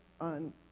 on